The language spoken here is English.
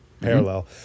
parallel